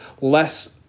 less